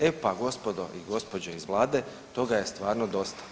E pa gospodo i gospođe iz vlade toga je stvarno dosta.